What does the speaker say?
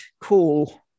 cool